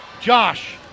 Josh